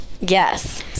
Yes